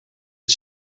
het